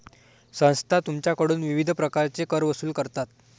संस्था तुमच्याकडून विविध प्रकारचे कर वसूल करतात